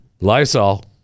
Lysol